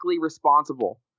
responsible